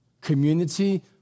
Community